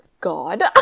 God